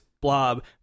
blob